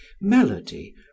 melody